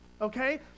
okay